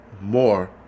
more